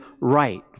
right